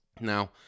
Now